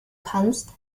kannst